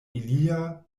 ilia